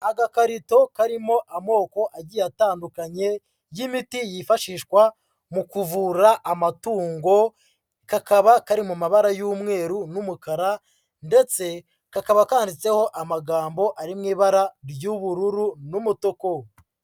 Agakarito karimo amoko agiye atandukanye y'imiti yifashishwa mu kuvura amatungo, kakaba kari mu mabara y'umweru n'umukara ndetse kakaba kanditseho amagambo ari mu ibara ry'ubururu n'umutuku.